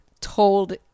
told